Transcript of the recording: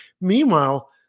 Meanwhile